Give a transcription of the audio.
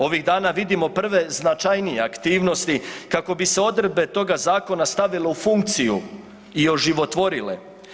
Ovih dana vidimo prve značajnije aktivnosti kako bi se odredbe toga zakona stavile u funkciju i oživotvorile.